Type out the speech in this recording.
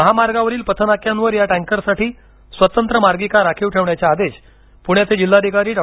महामार्गावरील पथनाक्यांवर या टॅकरसाठी स्वतंत्र मार्गिका राखीव ठेवण्याचे आदेश पृण्याचे जिल्हाधिकारी डॉ